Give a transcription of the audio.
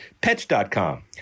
pets.com